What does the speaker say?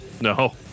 No